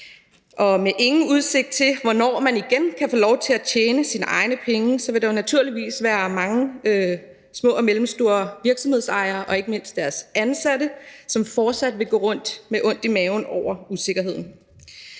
og med ingen udsigt til, hvornår man igen kan få lov til at tjene sine egne penge, vil der jo naturligvis være mange ejere af små og mellemstore virksomheder og ikke mindst deres ansatte, som fortsat vil gå rundt med ondt i maven over usikkerheden.